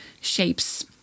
shapes